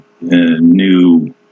new